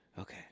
Okay